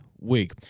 week